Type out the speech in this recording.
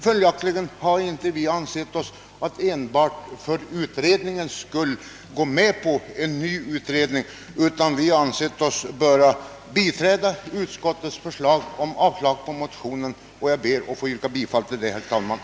Vi har därför inte ansett oss kunna gå med på att tillsätta en ny utredning på detta område utan har funnit oss böra biträda utskottets hemställan om avslag på motionen. Herr talman! Jag ber att få yrka bifall till utskottets hemställan.